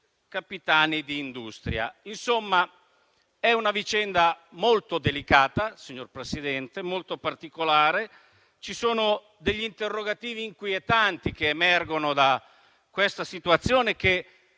capitani d'industria. Insomma, è una vicenda molto delicata, signor Presidente, e molto particolare. Ci sono degli interrogativi inquietanti che emergono da questa situazione che